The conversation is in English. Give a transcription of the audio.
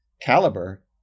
caliber